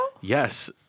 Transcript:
Yes